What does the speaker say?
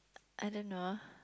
I don't know